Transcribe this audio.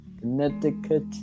Connecticut